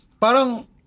Parang